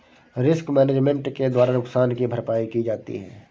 risk management के द्वारा नुकसान की भरपाई की जाती है